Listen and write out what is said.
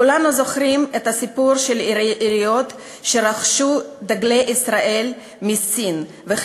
כולנו זוכרים את הסיפורים על עיריות שרכשו דגלי ישראל מסין ועל